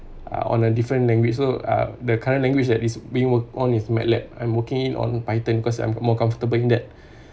uh on a different language so uh the current language that is being worked on is matlab I'm working on python cause I'm more comfortable in that